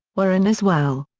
were in as well.